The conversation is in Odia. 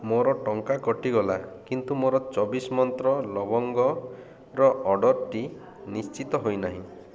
ମୋର ଟଙ୍କା କଟିଗଲା କିନ୍ତୁ ମୋର ଚବିଶି ମନ୍ତ୍ର ଲବଙ୍ଗର ଅର୍ଡ଼ର୍ଟି ନିଶ୍ଚିତ ହେଇନାହିଁ